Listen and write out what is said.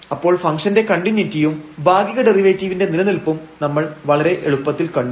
അപ്പോൾ ഫംഗ്ഷൻറെ കണ്ടിന്യൂയിറ്റിയും ഭാഗിക ഡെറിവേറ്റീവിന്റെ നിലനിൽപ്പും നമ്മൾ വളരെ എളുപ്പത്തിൽ കണ്ടു